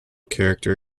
character